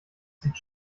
sieht